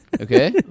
Okay